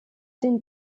den